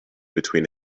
between